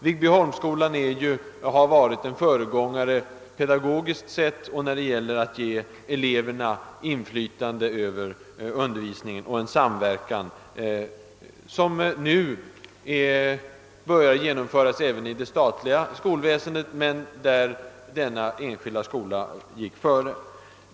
Viggbyholmsskolan har varit en föregångare pedagogiskt sett och när det gäller att ge eleverna inflytande över undervisningen. En sådan samverkan har nu även börjat genomföras inom det statliga skolväsendet men den här privatskolan har alltså gått i spetsen.